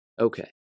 Okay